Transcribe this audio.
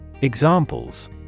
Examples